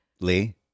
Lee